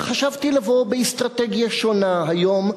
חשבתי לבוא באסטרטגיה שונה היום,